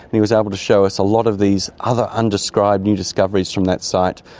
he was able to show us a lot of these other undescribed new discoveries from that site,